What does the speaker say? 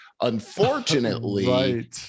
Unfortunately